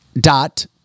Dot